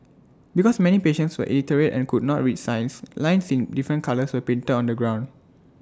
because many patients were illiterate and could not read signs lines in different colours were painted on the ground